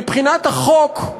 מבחינת החוק,